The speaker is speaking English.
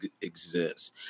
exists